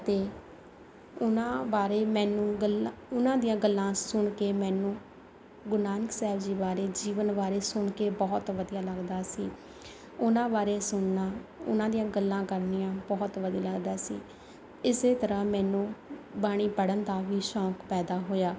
ਅਤੇ ਉਹਨਾਂ ਬਾਰੇ ਮੈਨੂੰ ਗੱਲਾਂ ਉਹਨਾਂ ਦੀਆਂ ਗੱਲਾਂ ਸੁਣ ਕੇ ਮੈਨੂੰ ਗੁਰੂ ਨਾਨਕ ਸਾਹਿਬ ਜੀ ਬਾਰੇ ਜੀਵਨ ਬਾਰੇ ਸੁਣ ਕੇ ਬਹੁਤ ਵਧੀਆ ਲੱਗਦਾ ਸੀ ਉਹਨਾਂ ਬਾਰੇ ਸੁਣਨਾ ਉਹਨਾਂ ਦੀਆਂ ਗੱਲਾਂ ਕਰਨੀਆਂ ਬਹੁਤ ਵਧੀਆ ਲੱਗਦਾ ਸੀ ਇਸ ਤਰ੍ਹਾਂ ਮੈਨੂੰ ਬਾਣੀ ਪੜ੍ਹਨ ਦਾ ਵੀ ਸ਼ੌਕ ਪੈਦਾ ਹੋਇਆ